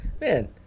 man